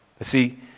see